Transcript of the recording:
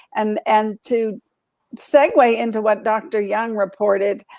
and and to segue into what dr. young reported,